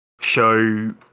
show